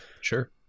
sure